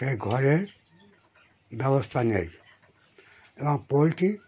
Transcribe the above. সে ঘরে ব্যবস্থা নেই এবং পোলট্রি